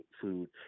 food